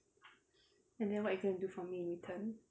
and then what are you going to do for me in return